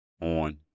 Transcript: on